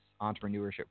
entrepreneurship